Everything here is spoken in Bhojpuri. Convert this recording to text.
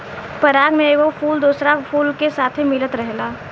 पराग में एगो फूल दोसरा फूल के साथे मिलत रहेला